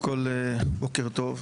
בוקר טוב.